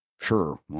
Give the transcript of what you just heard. sure